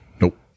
Nope